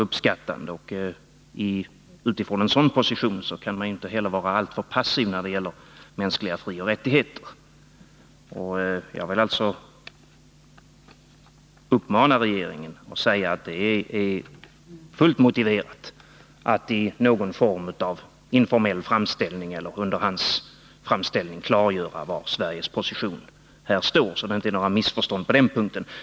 Utifrån en sådan position kan han inte vara alltför passiv när det gäller mänskliga frioch rättigheter. Jag vill alltså påstå att det är fullt motiverat att regeringen i någon form av informell framställning klargör var Sverige står, så att det inte föreligger några missförstånd på den punkten.